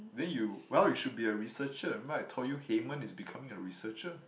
then you well you should be a researcher remember I told you Haymond is becoming a researcher